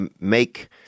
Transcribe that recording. make